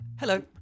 Hello